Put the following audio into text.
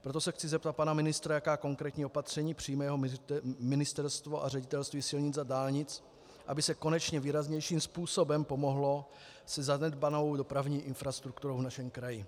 Proto se chci zeptat pana ministra, jaká konkrétní opatření přijme jeho ministerstvo a Ředitelství silnic a dálnic, aby se konečně výraznějším způsobem pomohlo se zanedbanou dopravní infrastrukturou v našem kraji.